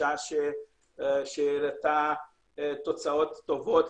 שהעלתה תוצאות טובות,